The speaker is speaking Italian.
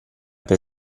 per